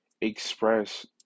express